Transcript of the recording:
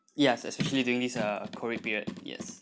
yes especially during this uh COVID period yes